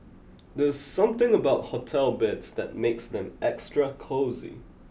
there's something about hotel beds that makes them extra cosy